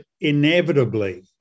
inevitably